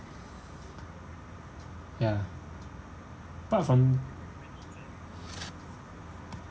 ya apart from